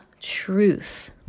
truth